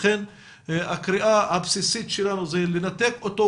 לכן הקריאה הבסיסית שלנו היא לנתק את אותו